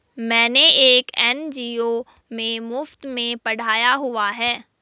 मैंने एक एन.जी.ओ में मुफ़्त में पढ़ाया हुआ है